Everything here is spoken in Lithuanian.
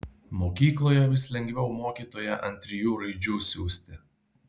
mokykloje vis lengviau mokytoją ant trijų raidžių siųsti